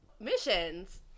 missions